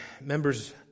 members